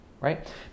right